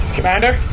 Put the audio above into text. Commander